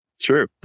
True